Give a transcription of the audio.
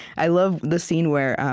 i love the scene where